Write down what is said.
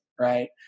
Right